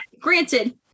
granted